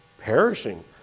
Perishing